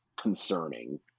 concerning